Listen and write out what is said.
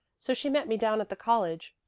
so she met me down at the college.